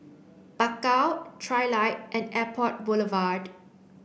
Bakau Trilight and Airport Boulevard